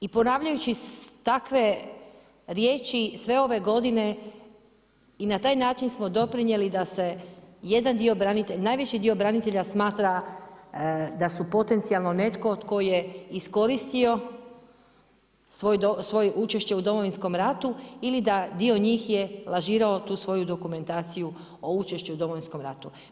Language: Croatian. I ponavljajući takve riječi sve ove godine i na taj način smo doprinijeli da se jedan dio branitelja, najveći dio branitelja smatra, da su potencijalno netko tko je iskoristio svoj učešće u Domovinskom ratu ili da dio nije je lažirao tu svoju dokumentaciju o učešću o Domovinskom ratu.